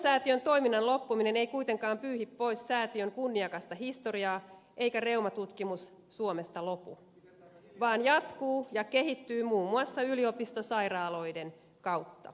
reumasäätiön toiminnan loppuminen ei kuitenkaan pyyhi pois säätiön kunniakasta historiaa eikä reumatutkimus suomesta lopu vaan jatkuu ja kehittyy muun muassa yliopistosairaaloiden kautta